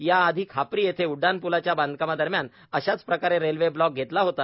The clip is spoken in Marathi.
या आधी खापरी येथे उड्डाणप्लाच्या बांधकामा दरम्यान अश्याच प्रकारे रेल्वे ब्लॉक घेतला होता